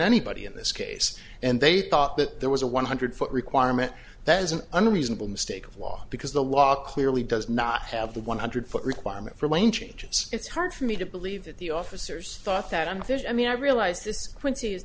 anybody in this case and they thought that there was a one hundred foot requirement that is an unreasonable mistake of law because the law clearly does not have the one hundred foot requirement for lane changes it's hard for me to believe that the officers thought that and there's i mean i realize this twenty is